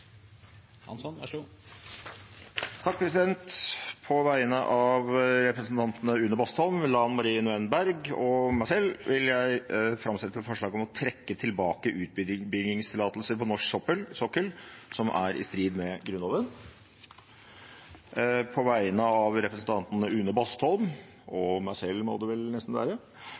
På vegne av representantene Une Bastholm, Lan Marie Nguyen Berg og meg selv vil jeg framsette representantforslag om å trekke tilbake utbyggingstillatelser på norsk sokkel som er i strid med Grunnloven. På vegne av representanten Une Bastholm og meg selv